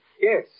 Yes